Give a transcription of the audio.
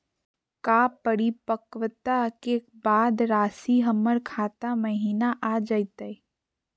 का परिपक्वता के बाद रासी हमर खाता महिना आ जइतई?